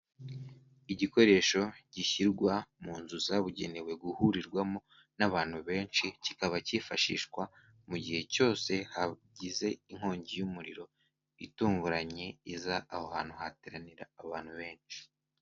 Igikoresho gishyirwa mu nzu zabugenewe guhurirwamo n'abantu benshi, kikaba cyifashishwa mu gihe cyose hagize inkongi y'umuriro itunguranye iza aho hantu hateranira abantu benshi.